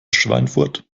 schweinfurt